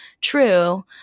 true